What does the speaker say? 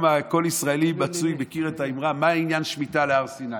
כל ישראלי מצוי גם מכיר את האמרה "מה עניין שמיטה להר סיני".